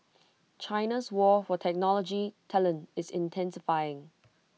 China's war for technology talent is intensifying